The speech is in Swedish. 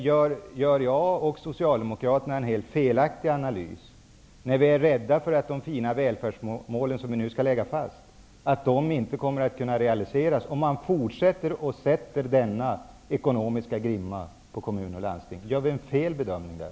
Gör jag och Socialdemokraterna en helt felaktig analys när vi är rädda för att de fina välfärdsmål som vi nu skall lägga fast inte kommer att kunna realiseras, om man fortsätter med en ekonomisk grimma på kommuner och landsting? Gör vi en felbedömning där?